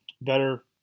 better